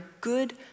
good